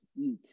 EAT